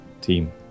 team